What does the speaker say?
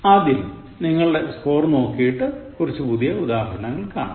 ആദ്യം നിങ്ങളുടെ സ്കോർ നോക്കിയിട്ട് കുറച്ചു പുതിയ ഉദാഹരങ്ങൾ കാണാം